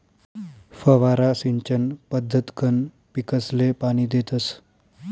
फवारा सिंचन पद्धतकंन पीकसले पाणी देतस